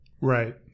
Right